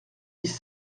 dix